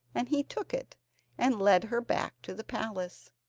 and he took it and led her back to the palace.